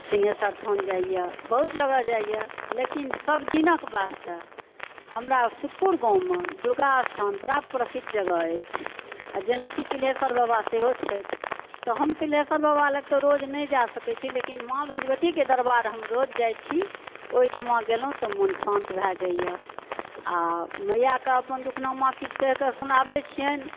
सिंघेश्वर थान जाइए बहुत जगह जाइए लेकिन सभ दिनक वास्ते हमरा सुखपुर गाँवमे दुर्गा स्थान बड़ा प्रसिद्ध जगह अछि आ जेनाकि तिल्हेश्वर बाबा सेहो छथि तऽ हम तिल्हेश्वर बाबा लग तऽ रोज नहि जाइत छी लेकिन माँ भगवतीकेँ दरबार हम रोज जाइत छी ओइठमा गेलहुँ तऽ मन शान्त भए जाइए आ मैयाँकऽ अपन दुखना माँ किछु कहिके सुनाबैत छियनि